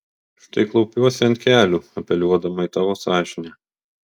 štai klaupiuosi ant kelių apeliuodama į tavo sąžinę